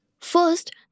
First